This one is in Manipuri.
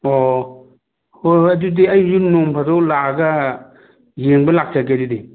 ꯑꯣ ꯍꯣꯏ ꯍꯣꯏ ꯑꯗꯨꯗꯤ ꯑꯩꯁꯨ ꯅꯣꯡ ꯐꯥꯗꯣꯛ ꯂꯥꯛꯑꯒ ꯌꯦꯡꯕ ꯂꯥꯛꯆꯒꯦ ꯑꯗꯨꯗꯤ